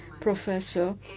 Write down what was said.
Professor